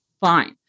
fine